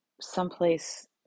someplace